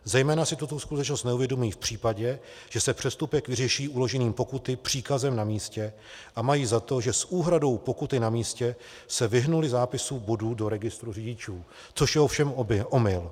Zejména si tuto skutečnost neuvědomují v případě, že se přestupek vyřeší uložením pokuty příkazem na místě, a mají za to, že s úhradou pokuty na místě se vyhnuli zápisu bodů do registrů řidičů, což je ovšem omyl.